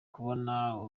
kubona